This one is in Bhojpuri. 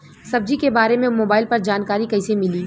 सब्जी के बारे मे मोबाइल पर जानकारी कईसे मिली?